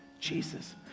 Jesus